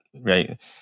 right